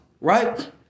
right